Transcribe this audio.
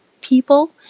people